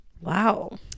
Wow